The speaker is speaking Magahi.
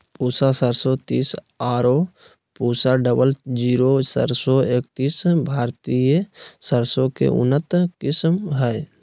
पूसा सरसों तीस आरो पूसा डबल जीरो सरसों एकतीस भारतीय सरसों के उन्नत किस्म हय